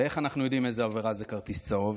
ואיך אנחנו יודעים על איזה עבירה יש כרטיס צהוב?